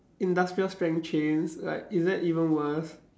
industrial strength chains like is that even worse